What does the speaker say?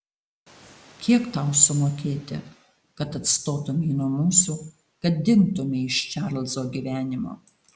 kiek tau sumokėti kad atstotumei nuo mūsų kad dingtumei iš čarlzo gyvenimo